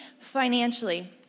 financially